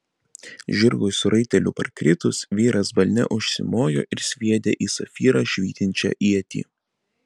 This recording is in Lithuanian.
žirgui su raiteliu parkritus vyras balne užsimojo ir sviedė į safyrą švytinčią ietį